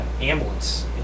ambulance